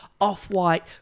off-white